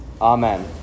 Amen